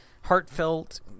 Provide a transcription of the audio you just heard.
heartfelt